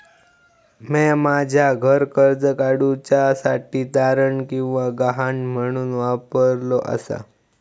म्या माझा घर कर्ज काडुच्या साठी तारण किंवा गहाण म्हणून वापरलो आसा